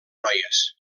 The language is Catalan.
noies